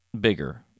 Bigger